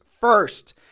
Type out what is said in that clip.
first